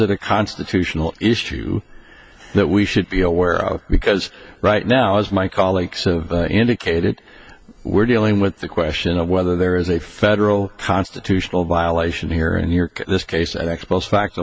it a constitutional issue that we should be aware of because right now as my colleague indicated we're dealing with the question of whether there is a federal constitutional violation here in new york this case and expos fact